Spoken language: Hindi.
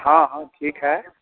हाँ हाँ ठीक है